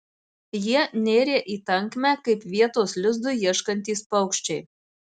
jie nėrė į tankmę kaip vietos lizdui ieškantys paukščiai